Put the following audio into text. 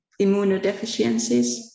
immunodeficiencies